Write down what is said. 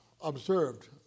observed